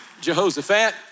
Jehoshaphat